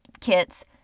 kits